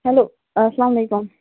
hello اسلام علیکُم